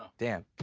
damn.